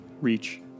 reach